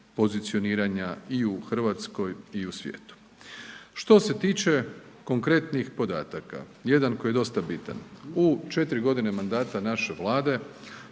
pozicioniranja i u RH i u svijetu. Što se tiče konkretnih podataka, jedan koji je dosta bitan, u 4.g. mandata naše Vlade